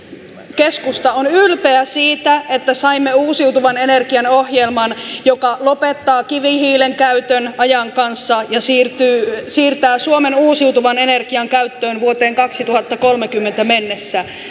keskusta on ylpeä siitä että saimme uusiutuvan energian ohjelman joka lopettaa kivihiilen käytön ajan kanssa ja siirtää suomen uusiutuvan energian käyttöön vuoteen kaksituhattakolmekymmentä mennessä